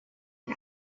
and